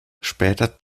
später